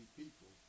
people